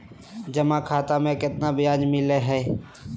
जमा खाता में केतना ब्याज मिलई हई?